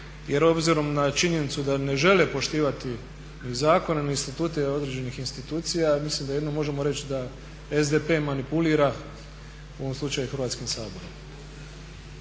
jer obzirom na činjenicu da ne žele poštivati zakone ni institute određenih institucija mislim da jedino možemo reći da SDP manipulira u ovom slučaju Hrvatskim saborom.